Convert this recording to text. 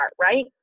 right